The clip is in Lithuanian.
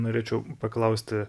norėčiau paklausti